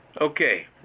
Okay